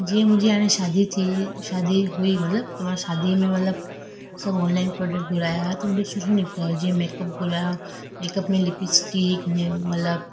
जीअं मुंहिंजी हाणे शादी थी शादी हुई मतिलबु त मां शादी में मतिलबु सभु ऑनलाइन प्रॉडक्ट घुराया हुआ त सुठो निकितो हुओ जीअं मेकअप घुरायो मेकअप में लिपिस्टिक मतिलबु